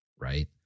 right